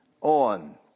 on